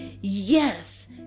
yes